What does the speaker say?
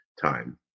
time